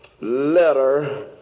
letter